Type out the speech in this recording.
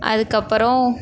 அதுக்கப்புறம்